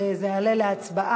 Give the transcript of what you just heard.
זה יעלה להצבעה.